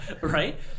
right